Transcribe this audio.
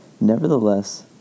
Nevertheless